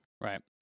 Right